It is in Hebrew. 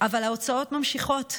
אבל ההוצאות ממשיכות,